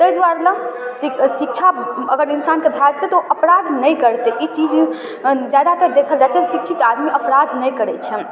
ताहि दुआरे लऽ शि शिक्षा अगर इन्सानके भऽ जेतै तऽ ओ अपराध नहि करतै ई चीज ज्यादातर देखल जाइ छै शिक्षित आदमी अपराध नहि करै छै